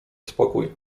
spokój